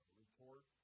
report